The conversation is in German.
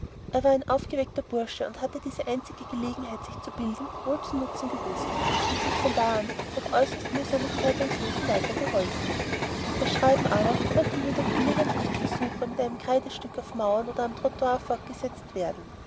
er war ein aufgeweckter bursche und hatte diese einzige gelegenheit sich zu bilden wohl zu benutzen gewußt und sich von da an durch anfangs äußerst mühsames zeitungslesen weitergeholfen das schreiben aber konnte nur durch gelegentliche versuche mit einem kreidestücke auf mauern oder trottoir fortgesetzt werden